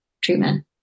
treatment